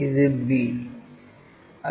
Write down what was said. ഇത് b